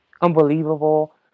unbelievable